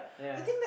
yeah